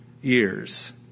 years